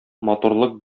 матурлык